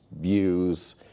views